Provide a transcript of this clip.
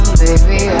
baby